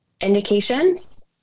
indications